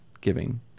Giving